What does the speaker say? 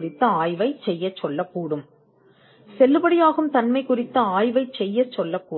உறுதிசெய்ய காப்புரிமை பெற்றவர் செல்லுபடியாகும் ஆய்வைக் கேட்கக்கூடிய இரண்டாவது நிகழ்வு இப்போது இருக்கலாம் செல்லாதது கேள்விக்குறியாக உள்ளது